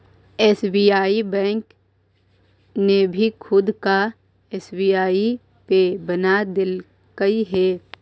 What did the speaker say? SBI bank ने भी खुद का एस.बी.आई पे बना देलकइ हे